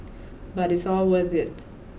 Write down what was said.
but it's all worth it